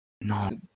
No